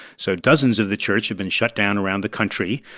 so dozens of the church have been shut down around the country,